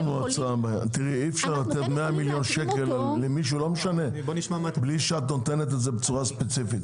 אי אפשר לתת 100 מיליון שקל בלי שאת נותנת את זה בצורה ספציפית,